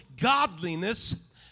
godliness